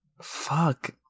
Fuck